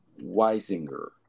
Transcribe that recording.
Weisinger